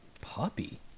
Puppy